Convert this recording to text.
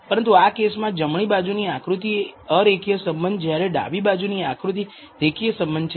પરંતુ આ કેસમાં જમણી બાજુ ની આકૃતિ એ અરેખીય સંબંધ જ્યારે ડાબી બાજુ ની આકૃતિ રેખીય સંબંધ છે